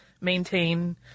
maintain